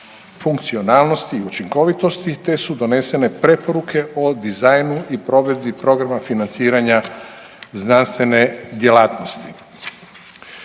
funkcionalnosti i učinkovitosti te su donesene preporuke o dizajnu i provedbi programa financiranju znanstvene djelatnosti.